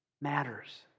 matters